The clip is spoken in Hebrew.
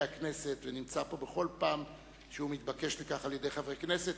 הכנסת ונמצא פה בכל פעם שהוא מתבקש לכך על-ידי חברי הכנסת.